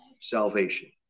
salvation